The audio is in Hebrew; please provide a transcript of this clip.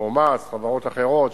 כמו מע"צ וחברות אחרות,